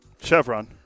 Chevron